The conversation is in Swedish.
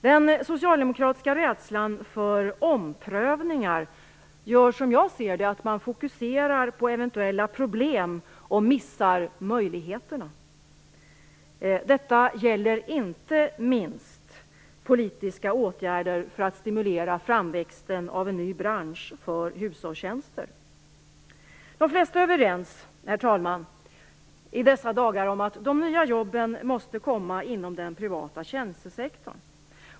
Den socialdemokratiska rädslan för omprövningar gör, som jag ser det, att man fokuserar på eventuella problem och missar möjligheterna. Detta gäller inte minst politiska åtgärder för att stimulera framväxten av en ny bransch för hushållstjänster. De flesta är i dessa dagar överens om att de nya jobben måste komma inom den privata tjänstesektorn.